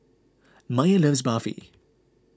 Maiya loves Barfi